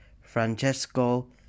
Francesco